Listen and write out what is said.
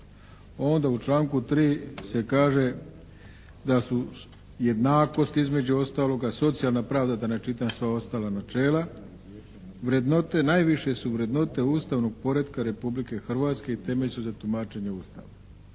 Onda u članku 3. se kaže da su jednakost između ostaloga, socijalna pravda, da ne čitam sva ostala načela, najviše su vrednote ustavnog poretka Republike Hrvatske i temelj su za tumačenje Ustava.